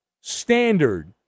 standard